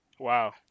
Wow